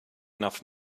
enough